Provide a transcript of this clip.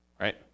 right